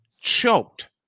choked